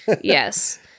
Yes